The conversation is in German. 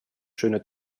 schöne